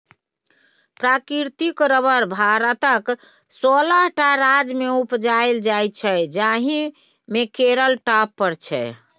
प्राकृतिक रबर भारतक सोलह टा राज्यमे उपजाएल जाइ छै जाहि मे केरल टॉप पर छै